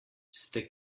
ste